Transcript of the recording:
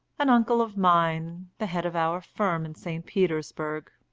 an uncle of mine, the head of our firm in st. petersburg.